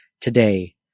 Today